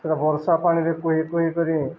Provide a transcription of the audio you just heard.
ସେଟା ବର୍ଷା ପାଣିରେ କୁହି କୁହି କରି